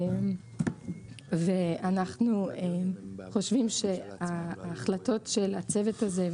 ואנחנו חושבים שההחלטות של הצוות הזה,